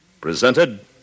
Presented